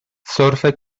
سرفه